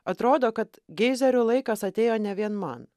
atrodo kad geizerių laikas atėjo ne vien man